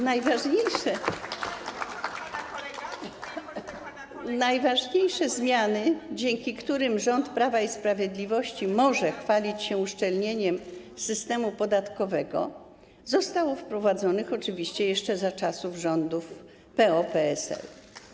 Najważniejsze zmiany, dzięki którym rząd Prawa i Sprawiedliwości może chwalić się uszczelnieniem systemu podatkowego, zostały wprowadzone oczywiście jeszcze za czasów rządów PO-PSL.